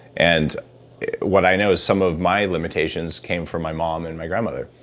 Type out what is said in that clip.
and what i know is some of my limitations came from my mom and my grandmother.